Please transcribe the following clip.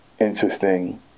interesting